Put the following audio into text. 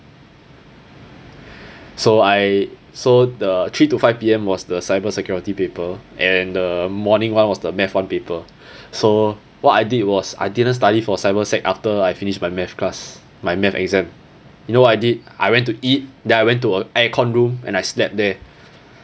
so I so the three to five P_M was the cyber security paper and the morning [one] was the math one paper so what I did was I didn't study for cyber sec after I finished my math class my math exam you know what I did I went to eat then I went to a aircon room and I slept there